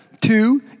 two